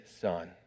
son